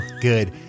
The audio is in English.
good